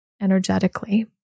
energetically